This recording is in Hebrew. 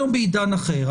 אנחנו היום בעידן אחר.